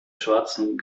schwarzen